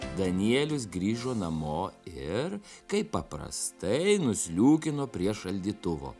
danielius grįžo namo ir kaip paprastai nusliūkino prie šaldytuvo